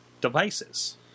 devices